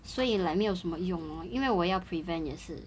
所以 like 没有什么用因为我要 prevent 也是